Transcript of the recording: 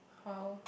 !wow!